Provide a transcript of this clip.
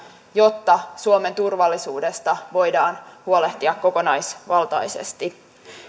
jotta suomen turvallisuudesta voidaan huolehtia kokonaisvaltaisesti